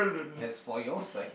that's for your side